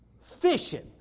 fishing